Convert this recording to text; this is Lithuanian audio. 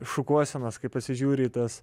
šukuosenos kai pasižiūri į tas